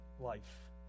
life